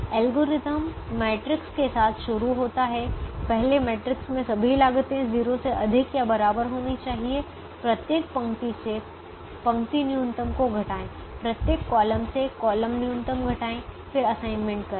algorithm matrix के साथ शुरू होता है पहले मैट्रिक्स में सभी लागतें 0 से अधिक या बराबर होनी चाहिए प्रत्येक पंक्ति से पंक्ति न्यूनतम को घटाएं प्रत्येक कॉलम से कॉलम न्यूनतम घटाएं फिर असाइनमेंट करें